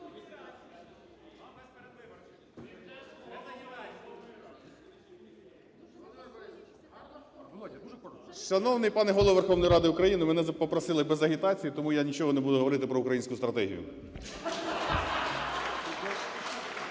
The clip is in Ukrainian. Шановний пане Голово Верховної Ради України! мене попросили без агітації, тому я нічого не буду говорити про "Українську стратегію".